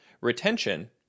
Retention